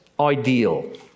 ideal